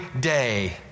day